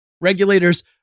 Regulators